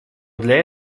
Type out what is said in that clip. для